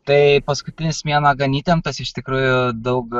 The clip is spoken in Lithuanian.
tai paskutinis mėnuo gan įtemptas iš tikrųjų daug